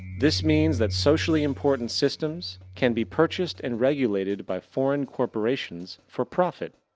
this means that socially important systems can be purchased and regulated by foreign corporations for profit.